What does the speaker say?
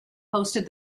hosted